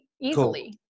Easily